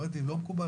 אומרת שזה לא מקובל,